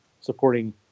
supporting